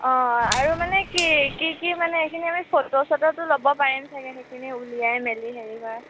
অঁ আৰু মানে কি কি কি মানে এইখিনি আমি ফটো চটোতো ল'ব পাৰিম চাগে সেইখিনি উলিয়াই মেলি হেৰি হোৱা